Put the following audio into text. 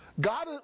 God